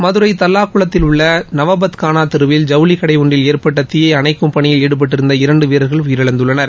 மதுரை தல்வாக்குளத்தில் உள்ள நவபத்கானா தெருவில் ஜவுளி கடை ஒன்றில் ஏற்பட்ட தீயை அணைக்கும் பணியில் ஈடுபட்டிருந்த இரண்டு வீரர்கள் உயிரிழந்துள்ளனர்